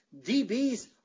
DBs